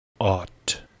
Ought